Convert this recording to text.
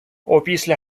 опісля